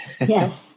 Yes